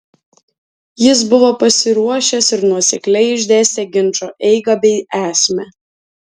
jis buvo pasiruošęs ir nuosekliai išdėstė ginčo eigą bei esmę